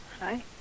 Hi